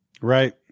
Right